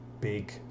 big